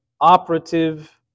operative